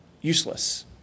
useless